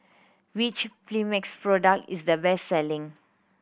which Mepilex product is the best selling